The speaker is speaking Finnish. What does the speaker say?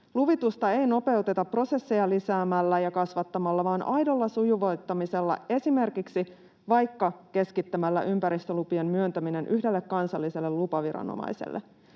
Luvitusta ei nopeuteta prosesseja lisäämällä ja kasvattamalla vaan aidolla sujuvoittamisella, esimerkiksi keskittämällä ympäristölupien myöntäminen yhdelle kansalliselle lupaviranomaiselle.